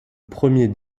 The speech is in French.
premier